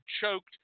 choked